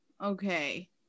okay